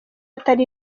atari